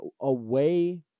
away